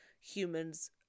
human's